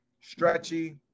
stretchy